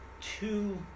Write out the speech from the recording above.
two